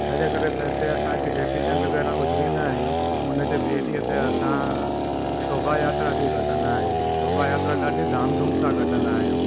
छाजे करे त हिते असां खे चेटी चंडु पहिरियां उजवींदा आहियूं ऐं उन जे ॿिए ॾींहं ते असां शोभा यात्रा बि कढंदा आहियूं त शोभा यात्रा ॾाढी धाम धूम सां कढंदा आहियूं